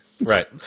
Right